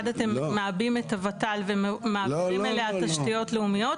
אחד אתם מעבים את הוות"ל ומעבירים אליה תשתיות לאומיות,